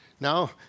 Now